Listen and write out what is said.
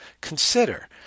Consider